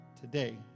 Today